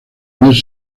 mes